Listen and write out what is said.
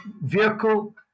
vehicle